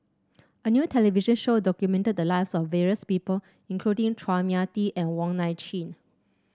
a new television show documented the lives of various people including Chua Mia Tee and Wong Nai Chin